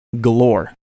galore